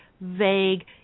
vague